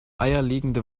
eierlegende